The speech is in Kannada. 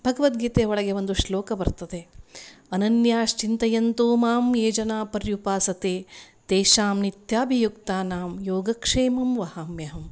ಭಗವದ್ಗೀತೆ ಒಳಗೆ ಒಂದು ಶ್ಲೋಕ ಬರ್ತದೆ ಅನನ್ಯಾಶ್ಚಿಂತಯಂತು ಮಾಮ್ ಯೇ ಜನ ಪರ್ಯುಪಾಸತೆ ತೇಶಾಮ್ ನಿತ್ಯಾಭಿಯುಕ್ತಾನಾಂ ಯೋಗಕ್ಷೇಮಂ ವಹಾಮ್ಯಹಂ